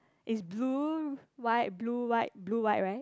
is blue white blue white blue white right